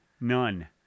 None